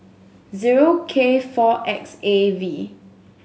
zero K four X A V